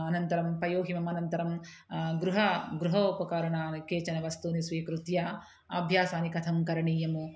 अनन्तरं पयोहिमं अनन्तरं गृह गृह उपकरणं गृकेचन वस्तूनि स्वीकृत्य अभ्यासानि कथं करणीयम्